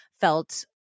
felt